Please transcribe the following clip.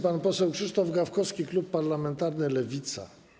Pan poseł Krzysztof Gawkowski, klub parlamentarny Lewica.